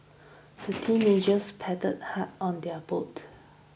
the teenagers paddled hard on their boat